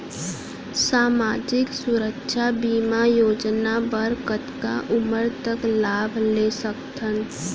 सामाजिक सुरक्षा बीमा योजना बर कतका उमर तक लाभ ले सकथन?